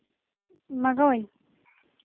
ᱢᱟᱜᱳᱭ